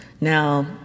Now